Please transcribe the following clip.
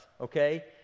okay